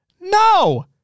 No